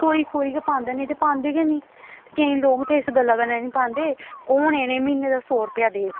कोई कोई गै पांदे नेईं ते पांदे गै निं ते केईं लोक ते इस गल्ला कन्नै निं पांदे कु'न इनें म्हीने दा सौ रपेआ देग